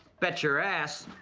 bet your ass.